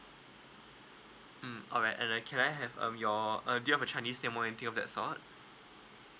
mm alright and then can I have um your uh do you have a chinese name or anything of that sort